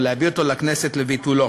או להביא אותו לכנסת לביטולו.